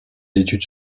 études